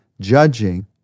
judging